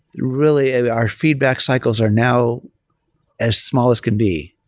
really, ah our feedback cycles are now as small as can be.